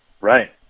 Right